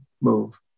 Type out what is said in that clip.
move